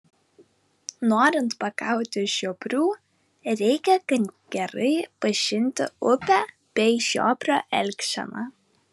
norint pagauti žiobrių reikia gan gerai pažinti upę bei žiobrio elgseną